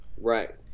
right